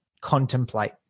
contemplate